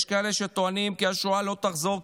יש כאלה שטוענים כי השואה לא תחזור,